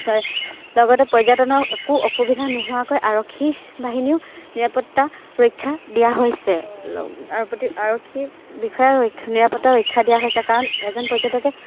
লগতে পৰ্যটকৰ একো অসুবিধা নোহোৱাকৈ আৰক্ষী বাহিনীও নিৰাপত্তা ৰক্ষা দিয়া হৈছে আৰু প্ৰতি আৰক্ষী বিষয়ে ৰক্ষা নিৰাপত্তা ৰক্ষা দিয়া হৈছে কাৰণ এজন পৰ্যটকে